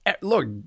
Look